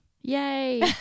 Yay